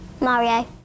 Mario